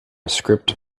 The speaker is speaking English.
script